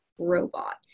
robot